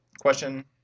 Question